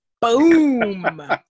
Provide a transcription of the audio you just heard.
Boom